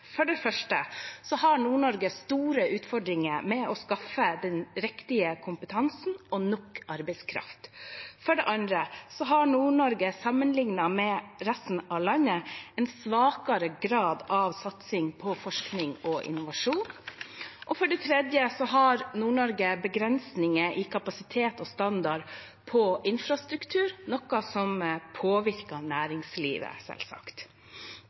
For det første har Nord-Norge store utfordringer med å skaffe den riktige kompetansen og nok arbeidskraft. For det andre har Nord-Norge, sammenlignet med resten av landet, en svakere grad av satsing på forskning og innovasjon. For det tredje har Nord-Norge begrensninger i kapasitet og standard på infrastruktur, noe som selvsagt påvirker næringslivet.